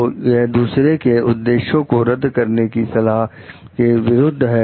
तो यह दूसरे के उद्देश्यों को रद्द करने की सलाह के विरुद्ध है